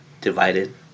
Divided